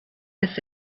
bis